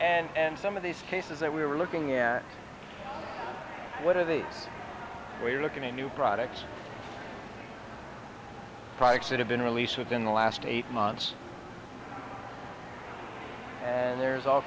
and some of these cases that we were looking at what are they we're looking to new products products that have been released within the last eight months and there's all